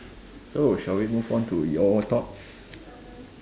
so shall we move on to your thoughts